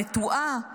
מנטועה ועוד,